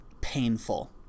painful